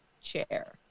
chair